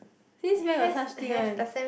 this where got such thing one